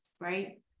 right